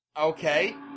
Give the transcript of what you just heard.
Okay